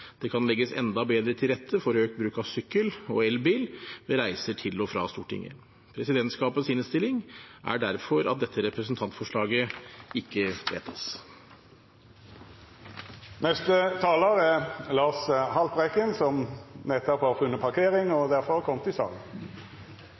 det kan legges enda bedre til rette for økt bruk av sykkel og elbil ved reiser til og fra Stortinget. Presidentskapets innstilling er derfor at dette representantforslaget ikke vedtas. For et par år siden kom jeg over historiske bilder som viste biltrafikk gjennom Folketeaterpassasjen på Youngstorget og